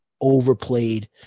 overplayed